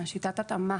וששיטת ההתאמה